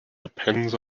depends